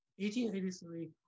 1883